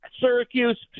Syracuse